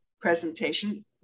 presentation